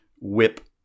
whip